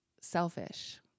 selfish